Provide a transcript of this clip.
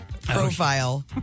profile